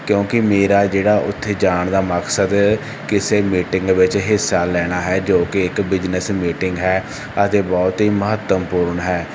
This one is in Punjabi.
ਕਿਉਂਕਿ ਮੇਰਾ ਜਿਹੜਾ ਉੱਥੇ ਜਾਣ ਦਾ ਮਕਸਦ ਕਿਸੇ ਮੀਟਿੰਗ ਵਿੱਚ ਹਿੱਸਾ ਲੈਣਾ ਹੈ ਜੋ ਕਿ ਇੱਕ ਬਿਜ਼ਨਸ ਮੀਟਿੰਗ ਹੈ ਅਤੇ ਬਹੁਤ ਹੀ ਮਹੱਤਵਪੂਰਨ ਹੈ